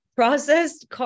Processed